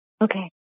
Okay